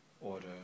order